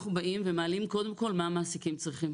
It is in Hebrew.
אנחנו באים ומעלים קודם כל מה המעסיקים צריכים.